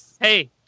hey